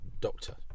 doctor